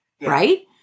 right